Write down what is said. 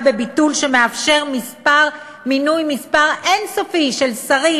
בביטול שמאפשר מינוי מספר אין-סופי של שרים,